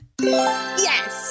Yes